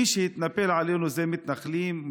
מי שהתנפל עלינו זה מתנחלים,